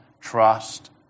trust